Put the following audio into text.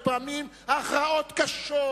ופעמים ההכרעות קשות.